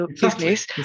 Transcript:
business